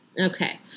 Okay